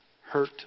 hurt